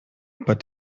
but